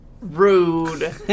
Rude